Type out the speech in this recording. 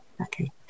Okay